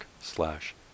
slash